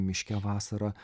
miške vasarą